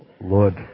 Lord